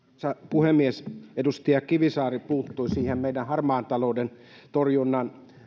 puhemies edustaja kivisaari puuttui siihen meidän harmaan talouden torjunnan